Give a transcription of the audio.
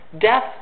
death